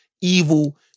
evil